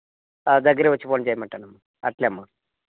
దగ్గరకి వచ్చి ఫోన్ చేయమంటాను అట్లేమ్మ